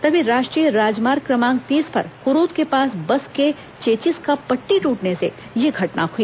तभी राष्ट्रीय राजमार्ग क्रमांक तीस पर क्रूद के पास बस के चेचिस का पट्टी टूटने से यह घटना हुई